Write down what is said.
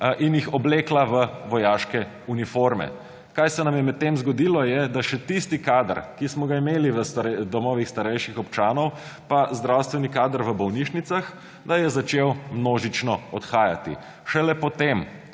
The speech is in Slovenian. in jih oblekla v vojaške uniforme. Kaj se nam je med tem zgodilo, je, da še tisti kader, ki smo ga imeli v domovih starejših občanov, pa zdravstveni kader v bolnišnicah, da je začel množično odhajati. Šele potem